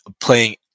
playing